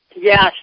Yes